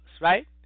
right